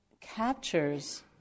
captures